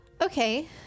Okay